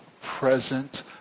present